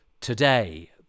today